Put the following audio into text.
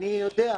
אני יודע,